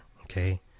okay